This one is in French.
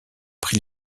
prix